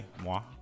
Moi